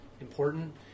important